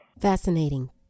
Fascinating